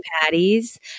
patties